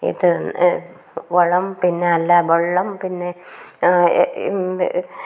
ഇത് വളം പിന്നെ അല്ല വെള്ളം പിന്നെ